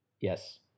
Yes